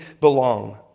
belong